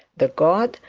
the god,